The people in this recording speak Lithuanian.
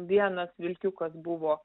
vienas vilkiukas buvo